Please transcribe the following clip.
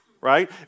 right